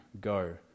Go